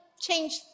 change